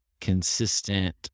consistent